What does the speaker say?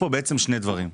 בעצם יש כאן שני דברים.